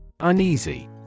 Uneasy